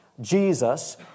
Jesus